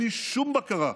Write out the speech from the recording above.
בלי שום בקרה,